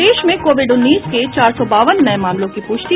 प्रदेश में कोविड उन्नीस के चार सौ बावन नये मामलों की प्रष्टि